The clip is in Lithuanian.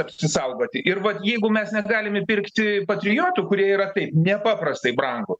apsisaugoti ir vat jeigu mes negalim įpirkti patriotų kurie yra taip nepaprastai brangu